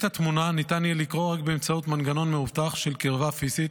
את התמונה ניתן יהיה לקרוא רק באמצעות מנגנון מאובטח של קרבה פיזית,